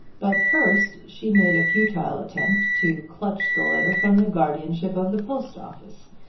but first she made a futile attempt to clutch the letter from the guardianship of the post office,